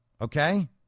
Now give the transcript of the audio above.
Okay